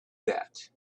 that